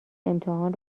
امتحان